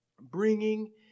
bringing